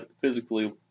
physically